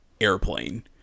airplane